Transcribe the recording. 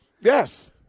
Yes